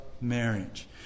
marriage